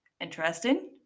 interesting